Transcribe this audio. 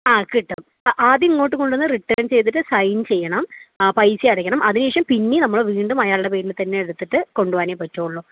ആ കിട്ടും ഇപ്പോൾ ആദ്യം ഇങ്ങോട്ടു കൊണ്ട് വന്ന് റിട്ടേൺ ചെയ്തിട്ട് സൈൻ ചെയ്യണം ആ പൈസയും അടക്കണം അതിനുശേഷം പിന്നേയും നമ്മള് വീണ്ടും അയാളുടെ പേരിൽ തന്നെ എടുത്തിട്ട് കൊണ്ടുപോവാനേ പറ്റുകയുളളൂ